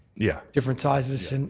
yeah. different sizes. and